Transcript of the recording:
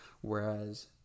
whereas